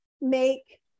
make